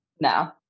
No